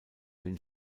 den